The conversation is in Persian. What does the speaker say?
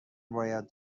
باید